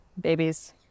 babies